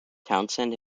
townsend